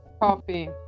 Coffee